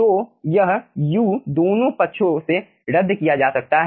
तो यह U दोनों पक्षों से रद्द किया जा सकता है